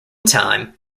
time